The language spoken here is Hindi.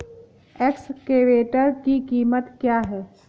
एक्सकेवेटर की कीमत क्या है?